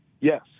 Yes